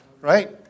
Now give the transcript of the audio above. Right